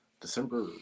December